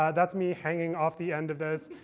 ah that's me hanging off the end of this.